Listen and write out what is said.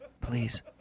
please